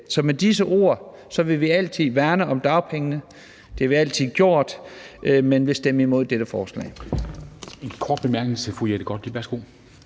Så med disse ord vil vi altid værne om dagpengene. Det har vi altid gjort. Men vi vil stemme imod dette forslag.